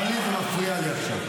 טלי, זה מפריע לי עכשיו.